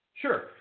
Sure